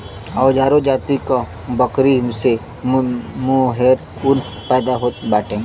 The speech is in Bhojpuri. अंगोरा जाति क बकरी से मोहेर ऊन पैदा होत बाटे